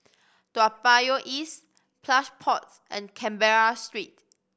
Toa Payoh East Plush Pods and Canberra Street